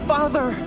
Father